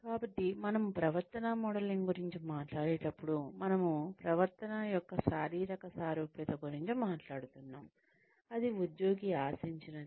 కాబట్టి మనము ప్రవర్తన మోడలింగ్ గురించి మాట్లాడేటప్పుడు మనము ప్రవర్తన యొక్క శారీరక సారూప్యత గురించి మాట్లాడుతున్నాము అది ఉద్యోగి ఆశించినది